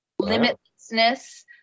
limitlessness